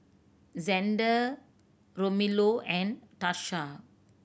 Zander Romello and Tarsha